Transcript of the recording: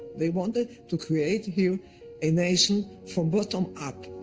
they wanted to create here a nation from bottom up,